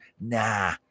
Nah